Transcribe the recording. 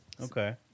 okay